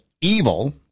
evil